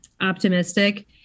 optimistic